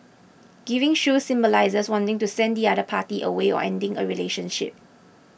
giving shoes symbolises wanting to send the other party away or ending a relationship